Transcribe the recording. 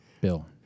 bill